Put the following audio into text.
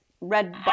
Red